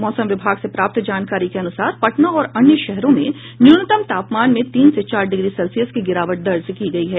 मौसम विभाग से प्राप्त जानकारी के अनुसार पटना और अन्य शहरों में न्यूनतम तापमान में तीन से चार डिग्री सेल्सियस की गिरावट दर्ज की गयी है